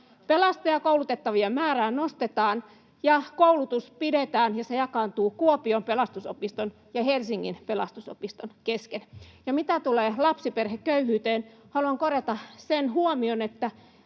Pelastajakoulutettavien määrää nostetaan ja koulutus pidetään, ja se jakaantuu Kuopion Pelastusopiston ja Helsingin pelastusopiston kesken. Mitä tulee lapsiperheköyhyyteen, haluan korjata sen huomion, että